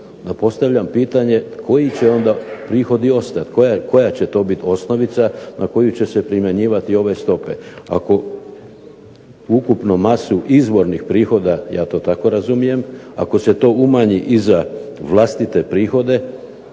Pa postavljam pitanje koji će onda prihodi ostati? Koja će to biti osnovica na koju će se primjenjivati ove stope? Ako ukupnu masu izvornih prihoda ja to tako razumijem, ako se to umanji i za vlastite prihode